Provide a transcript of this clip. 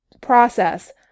process